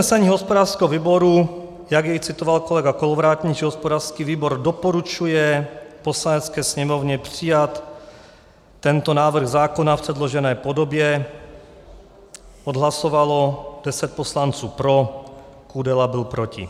Usnesení hospodářského výboru, jak jej citoval kolega Kolovratník, že hospodářský výbor doporučuje Poslanecké sněmovně přijat tento návrh zákona v předložené podobě, odhlasovalo 10 poslanců pro, Kudela byl proti.